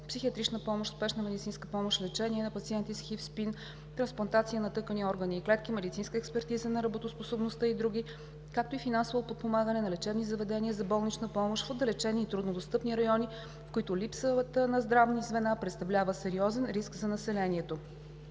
психиатрична помощ, спешна медицинска помощ, лечение на пациенти с ХИВ/СПИН, трансплантация на тъкани, органи и клетки, медицинска експертиза на работоспособността и други, както и финансово подпомагане на лечебни заведения за болнична помощ в отдалечени и труднодостъпни райони, в които липсата на здравни звена представлява сериозен риск за населението.